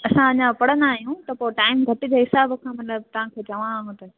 असां अञा पढ़ंदा आहियूं त पोइ टाइम घटिजे हिसाब सां मतलबि तव्हांखे चवांव थो